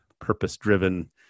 purpose-driven